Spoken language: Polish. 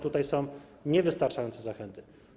Tutaj są niewystarczające zachęty.